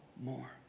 more